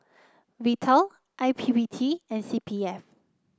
Vital I P P T and C P F